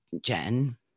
Jen